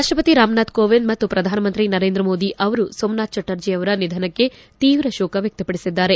ರಾಷ್ಟಪತಿ ರಾಮನಾಥ ಕೋವಿಂದ್ ಮತ್ತು ಪ್ರಧಾನ ಮಂತ್ರಿ ನರೇಂದ್ರ ಮೋದಿ ಅವರು ಸೋಮನಾಥ ಚಟರ್ಜಿಯವರ ನಿಧನಕ್ಕೆ ತೀವ್ರ ಶೋಕ ವ್ಯಕ್ಷಪಡಿಸಿದ್ದಾರೆ